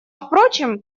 впрочем